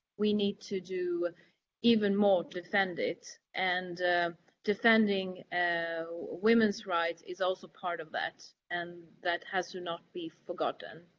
we need to do even more defend it, and defending women's rights is also part of that. and that has to not be forgotten.